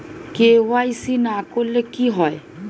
KYC না করলে কি হয়?